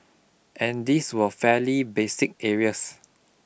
and these were fairly basic areas